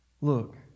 Look